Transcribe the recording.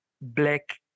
Black